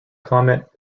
comet